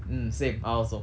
mm same I also